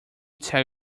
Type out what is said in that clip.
tell